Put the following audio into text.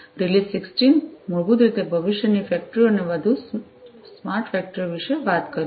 release 16 મૂળભૂત રીતે ભવિષ્યની ફેક્ટરીઑ અને તેથી વધુ સ્માર્ટ ફેક્ટરીઓ વિશે વાત કરે છે